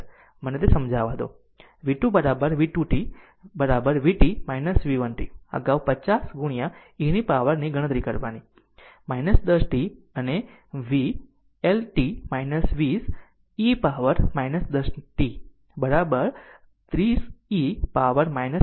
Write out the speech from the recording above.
તેથી મને તે સમજાવા દો તેથી તમારા v 2 v 2 t vt v 1 t અગાઉના 50 ઇ પાવરની ગણતરી કરી 10 t અને v 1 t 20 e power 10 t બરાબર 30 ઇ